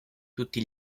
tutti